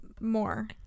more